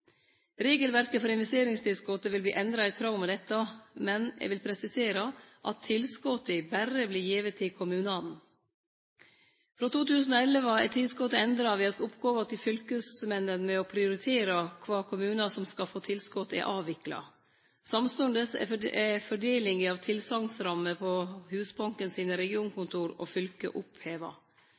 Regelverket for investeringstilskotet vil verte endra i tråd med dette. Men eg vil presisere at tilskota berre vert gitt til kommunane. Frå 2011 er tilskotet endra ved at oppgåva til fylkesmennene med å prioritere kva kommunar som skal få tilskot, er avvikla. Samstundes er fordelinga av tilsegnsrammer på Husbanken sine regionkontor og fylke oppheva.